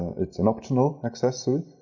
it's an optional accessory.